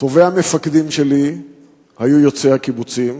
טובי המפקדים שלי היו יוצאי הקיבוצים